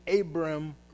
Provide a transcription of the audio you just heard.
Abram